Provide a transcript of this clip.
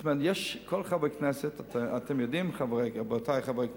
זאת אומרת, אתם יודעים, רבותי חברי הכנסת,